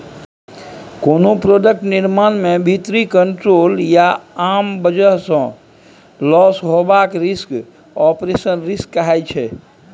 कोनो प्रोडक्ट निर्माण मे भीतरी कंट्रोल या आन बजह सँ लौस हेबाक रिस्क आपरेशनल रिस्क कहाइ छै